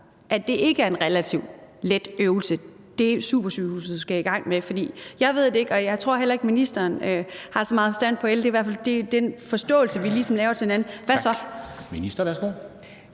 at det ikke er en relativt let øvelse, som supersygehuset skal i gang med, hvad så? Jeg ved ikke, om det er det, og jeg tror heller ikke, at ministeren har så meget forstand på el. Det er i hvert fald den forståelse, vi ligesom har med hinanden. Kl.